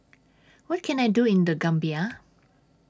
What Can I Do in The Gambia